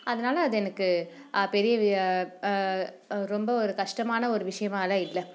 அதனால அது எனக்கு பெரிய ப ரொம்ப ஒரு கஷ்டமான ஒரு விஷயமாலாம் இல்லை